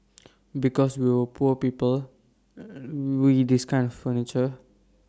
because we were poor people we this kind furniture